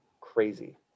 crazy